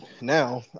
Now